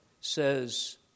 says